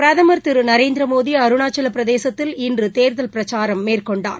பிரதமர் திரு நரேந்திர மோடி அருணாச்சலப்பிரதேசத்தில் இன்று தேர்தல் பிரச்சாரம் மேற்கொண்டார்